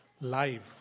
live